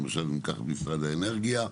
למשל,